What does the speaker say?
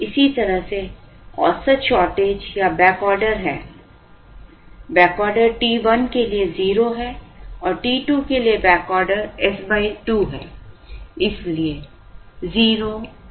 इसी तरह से औसत शॉर्टेज या बैकऑर्डर है बैकऑर्डर t 1 के लिए 0 है t 2 के लिए बैकऑर्डर s 2 है